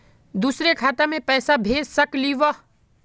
दुसरे खाता मैं पैसा भेज सकलीवह?